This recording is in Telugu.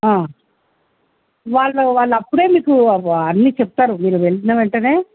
వాళ్ళు వాళ్ళు అప్పుడే మీకు వా అన్నీ చెప్తారు మీరు వెళ్ళిన వెంటనే